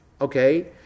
okay